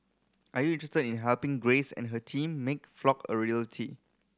are you interested in helping Grace and her team make Flock a reality